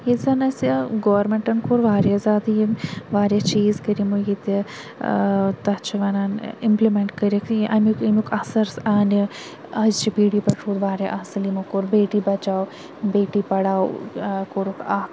یہِ زَن اَسہِ گورمینٹَن کوٚر واریاہ زیادٕ یِم واریاہ چیٖز کٔرۍ یِمو ییٚتہِ تَتھ چھِ وَنان اِمپلِمنٹ کٔرِکھ یہِ امیُک ییٚمیُک اَثَر سانہِ أزچہِ پیٖڈی پیٹھ روٗد واریاہ اصل یِمو کوٚر بیٹی بَچاو بیٹی پَڑھاو کوٚرُکھ اکھ